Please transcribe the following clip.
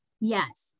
yes